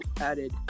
added